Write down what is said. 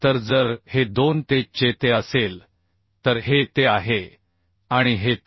तर जर हे 2Te चेTe असेल तर हे Te आहे आणि हे Te